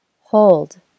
Hold